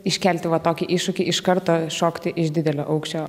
iškelti va tokį iššūkį iš karto šokti iš didelio aukščio